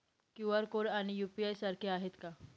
QR code आणि UPI सारखे आहेत का?